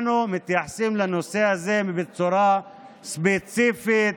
אנחנו מתייחסים לנושא הזה בצורה ספציפית,